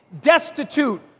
destitute